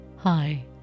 Hi